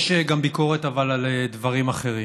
אבל יש גם ביקורת על דברים אחרים.